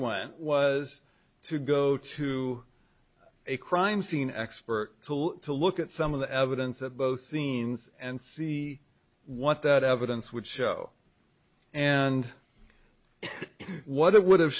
went was to go to a crime scene expert to look at some of the evidence at both scenes and see what that evidence would show and what it would have